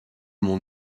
mon